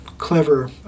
clever